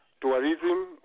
Tourism